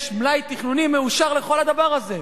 יש מלאי תכנוני מאושר לכל הדבר הזה.